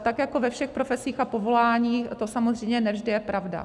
Tak jako ve všech profesích a povoláních to samozřejmě ne vždy je pravda.